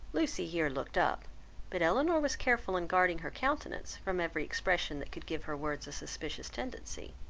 lucy here looked up but elinor was careful in guarding her countenance from every expression that could give her words a suspicious tendency.